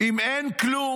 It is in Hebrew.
"אם אין כלום,